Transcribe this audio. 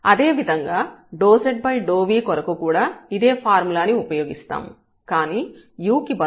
అదేవిధంగా ∂z∂v కొరకు కూడా ఇదే ఫార్ములాని ఉపయోగిస్తాము కానీ u కి బదులుగా v తో భర్తీ చేయబడుతుంది